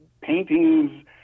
paintings